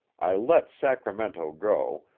i let sacramento go,